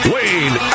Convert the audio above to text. Wayne